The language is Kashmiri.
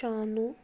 شانُو